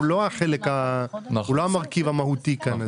הוא לא המרכיב המהותי כאן,